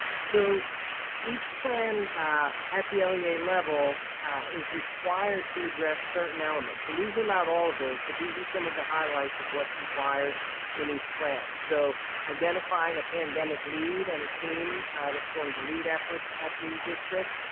so each plan at the ah nba level is required to address certain elements and these are not all of those. but these are some of the highlights of what's required in each plan. so identifying a pandemic lead and a team that's going to lead efforts at the district.